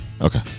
Okay